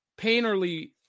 painterly